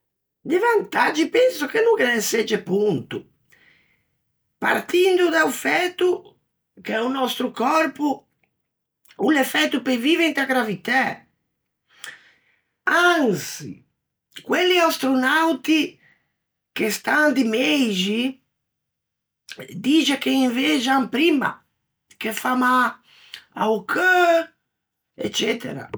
De vantaggi penso che no ghe ne segge ponto, partindo da-o fæto che o nòstro còrpo o l'é fæto pe vive inta gravitæ; ançi, quelli astronauti che stan di meixi, dixe che invegian primma, che fa mâ a-o cheu, eccetera.